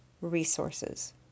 resources